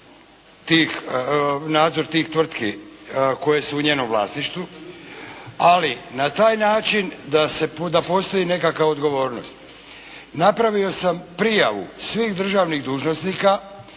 nadzor tih tvrtki koje su u njenom vlasništvu, ali na taj način da postoji nekakva odgovornost. Napravio sam prijavu svih državnih dužnosnika